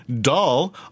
Dull